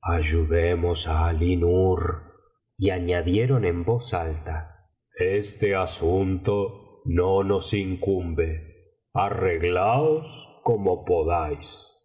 ayudemos á alínur y añadieron en voz alta este asunto no nos incumbe arreglaos como podáis